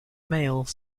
male